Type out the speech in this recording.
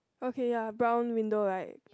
okay ya brown window right